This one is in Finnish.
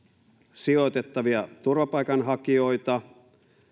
sijoitettavia turvapaikanhakijoita